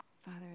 Father